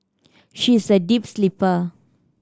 she is a deep sleeper